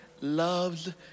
loves